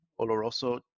Oloroso